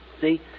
See